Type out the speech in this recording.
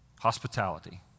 hospitality